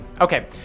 okay